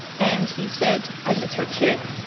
and he said, i miss her, too.